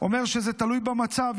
אומר שזה תלוי במצב,